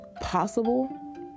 possible